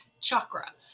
chakra